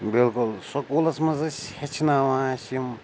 بِلکُل سکوٗلَس منٛز ٲسۍ ہیٚچھناوان اَسہِ یِم